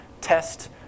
test